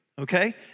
Okay